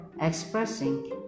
expressing